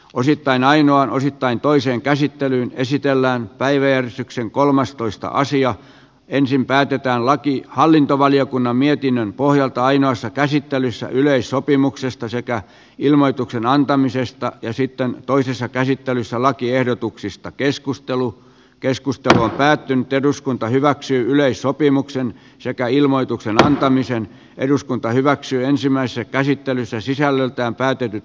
osittain ainoan osittain toiseen käsittelyyn esitellään päivien syksyn kolmas toista asiaa ensin päätetään hallintovaliokunnan mietinnön pohjalta ainoassa käsittelyssä yleissopimuksesta ja ilmoituksen antamisesta ja sitten toisessa käsittelyssä lakiehdotuksista keskustelu keskustelu on päättynyt eduskunta hyväksyi yleissopimuksen sekä ilmoituksen antamiseen eduskunta hyväksyi ensimmäisessä käsittelyssä sisällöltään päätetyt